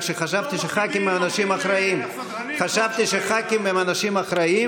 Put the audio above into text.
רק שחשבתי שחברי כנסת הם אנשים אחראיים